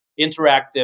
interactive